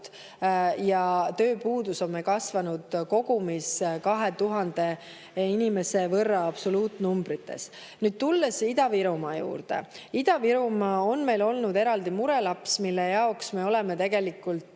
ja tööpuudus on meil kasvanud kogumis 2000 inimese võrra absoluutnumbrites. Nüüd, tulles Ida-Virumaa juurde, ütlen, et Ida-Virumaa on meil olnud eraldi murelaps, millele me oleme tegelikult